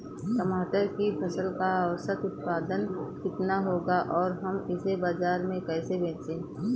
टमाटर की फसल का औसत उत्पादन कितना होगा और हम इसे बाजार में कैसे बेच सकते हैं?